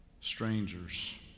strangers